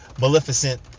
Maleficent